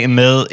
med